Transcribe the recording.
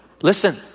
Listen